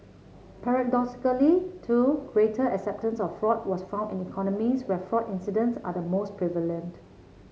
paradoxically too greater acceptance of fraud was found in economies where fraud incidents are the most prevalent